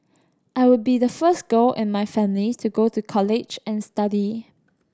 I would be the first girl in my family to go to college and study